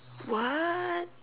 what